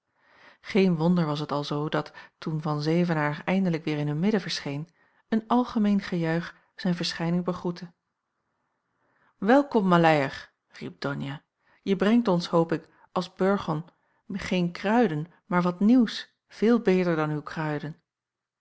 geen wonder was het alzoo dat toen van zevenaer eindelijk weêr in hun midden verscheen een algemeen gejuich zijn verschijning begroette welkom maleier riep donia je brengt ons hoop ik als burgon geen kruiden maar wat nieuws veel beter dan uw kruiden